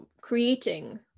creating